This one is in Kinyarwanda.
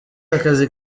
akazi